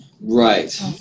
Right